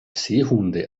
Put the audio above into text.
seehunde